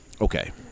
Okay